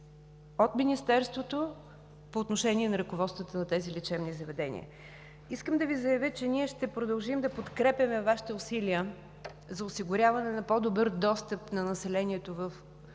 от Министерството по отношение на ръководствата на тези лечебни заведения. Искам да Ви заявя, че ще продължим да подкрепяме Вашите усилия за осигуряване на по-добър достъп на населението в отдалечените